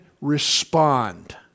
respond